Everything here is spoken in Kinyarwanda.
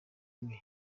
umwe